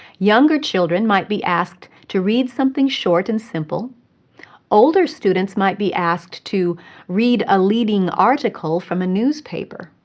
younger children might be asked to read something short and simple older students might be asked to read a leading article from a newspaper.